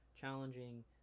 challenging